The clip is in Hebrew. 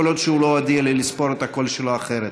כל עוד הוא לא הודיע לי לספור את הקול שלו אחרת.